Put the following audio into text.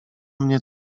mnie